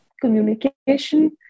communication